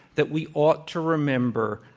that we ought to remember,